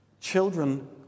children